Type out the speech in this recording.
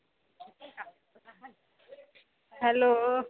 hello